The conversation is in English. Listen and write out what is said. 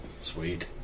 Sweet